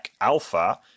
Alpha